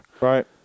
Right